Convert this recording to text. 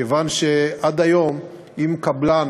כיוון שעד היום אם קבלן